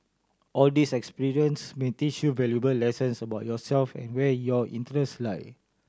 all these experience may teach you valuable lessons about yourself and where your interest lie